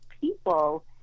people